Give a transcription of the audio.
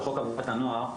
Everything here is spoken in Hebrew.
לפי חוק עבודת הנוער,